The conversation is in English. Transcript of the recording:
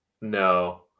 No